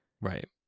Right